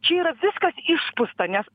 čia yra viskas išpūsta nes